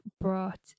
brought